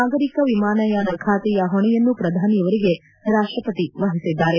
ನಾಗರಿಕ ವಿಮಾನಯಾನ ಖಾತೆಯ ಹೊಣೆಯನ್ನು ಪ್ರಧಾನಿಯವರಿಗೆ ರಾಷ್ಟಪತಿ ವಹಿಸಿದ್ದಾರೆ